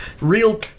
Real